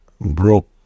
broke